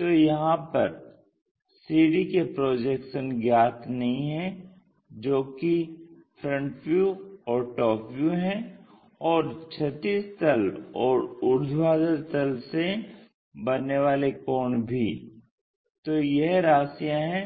तो यहां पर CD के प्रोजेक्शन्स ज्ञात नहीं है जो कि फ्रंट व्यू और टॉप व्यू हैं और क्षैतिज तल और ऊर्ध्वाधर तल से बनने वाले कोण भी तो यह राशियाँ हैं